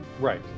right